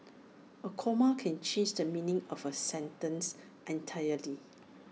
A comma can change the meaning of A sentence entirely